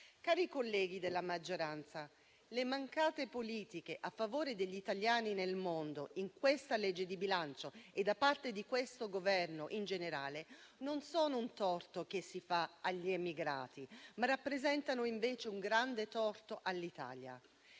Cari colleghi della maggioranza, le mancate politiche a favore degli italiani nel mondo in questa legge di bilancio e da parte di questo Governo, in generale, non sono un torto che si fa agli emigrati, ma rappresentano invece un grande torto all'Italia.